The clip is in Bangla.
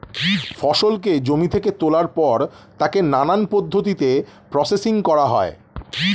ফসলকে জমি থেকে তোলার পর তাকে নানান পদ্ধতিতে প্রসেসিং করা হয়